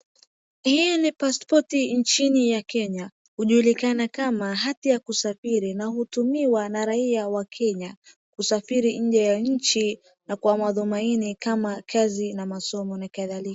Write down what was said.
Hii ni paspoti nchini ya Kenya, hujulikana kama hati ya kusafiri na hutumiwa na raia wa Kenya kusafiri nje ya nchi na kwa madhumaini kama kazi, na masomo na kadhalika.